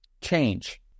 change